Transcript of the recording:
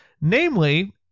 Namely